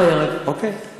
אוקיי.